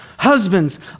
Husbands